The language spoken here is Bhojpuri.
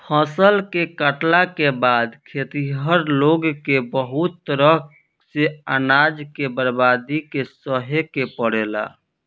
फसल के काटला के बाद खेतिहर लोग के बहुत तरह से अनाज के बर्बादी के सहे के पड़ेला